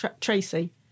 Tracy